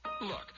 Look